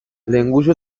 lehengusu